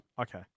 Okay